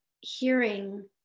hearing